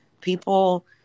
People